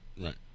right